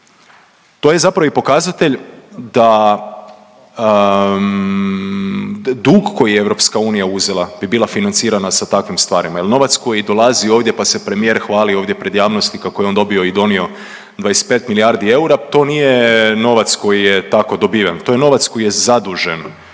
To je zapravo i pokazatelj da dug koji je EU uzela bi bila financirana sa takvim stvarima jer novac koji dolazi ovdje pa se premijer hvali ovdje pred javnosti kako je on dobio i donio 25 milijardi eura, to nije novac koji je tako dobiven, to je novac koji je zadužen